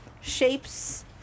shapes